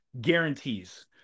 guarantees